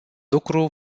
lucru